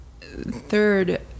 third